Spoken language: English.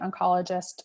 oncologist